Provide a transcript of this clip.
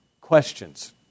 Questions